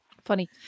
funny